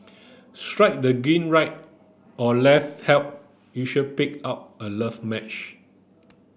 the screen right or left help user pick out a love match